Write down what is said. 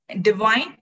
divine